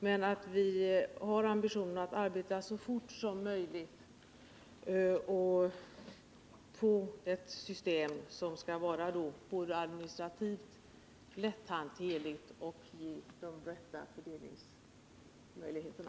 Men vi har ambitionen att arbeta så fort som möjligt och få ett system som både skall vara administrativt lätthanterligt och ge de rätta fördelningsmöjligheterna.